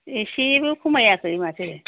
एसेबो खमायाखै माथो